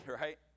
right